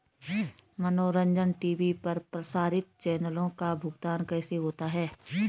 मनोरंजन टी.वी पर प्रसारित चैनलों का भुगतान कैसे होता है?